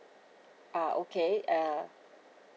ah okay uh